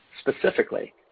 Specifically